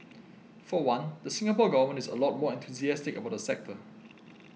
for one the Singapore Government is a lot more enthusiastic about the sector